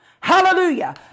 Hallelujah